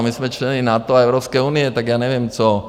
My jsme členy NATO a Evropské unie, tak já nevím co.